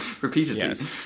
Repeatedly